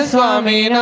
Swami